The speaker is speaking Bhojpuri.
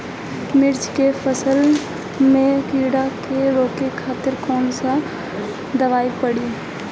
मिर्च के फसल में कीड़ा के रोके खातिर कौन दवाई पड़ी?